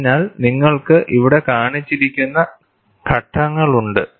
അതിനാൽ നിങ്ങൾക്ക് ഇവിടെ കാണിച്ചിരിക്കുന്ന ഘട്ടങ്ങളുണ്ട്